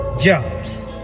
jobs